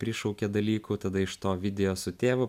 prišaukė dalykų tada iš to video su tėvu